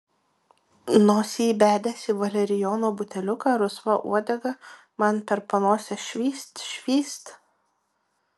nosį įbedęs į valerijono buteliuką rusva uodega man per panosę švyst švyst